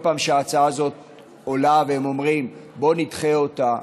פעם שההצעה הזאת עולה והם אומרים: בוא נדחה אותה,